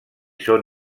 són